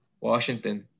Washington